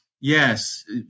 yes